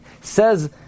Says